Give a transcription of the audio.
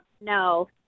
no